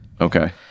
Okay